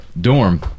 dorm